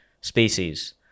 species